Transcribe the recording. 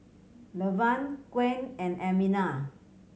Lavern Gwen and Amina